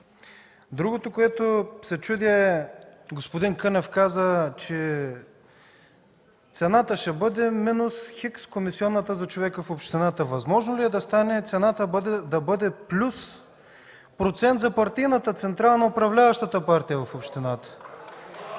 Другото, което се чудя, е: господин Кънев каза, че цената ще бъде минус Х комисионата за човека в общината. Възможно ли е да стане – цената да бъде плюс процента за партийната централа на управляващата партия в общината?